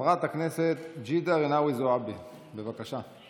חברת הכנסת ג'ידא רינאוי זועבי, בבקשה.